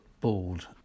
bald